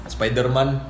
Spider-Man